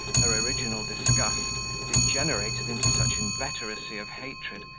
her original disgust degenerated into such inveteracy of hatred,